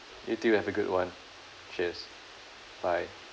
you too have a good one cheers bye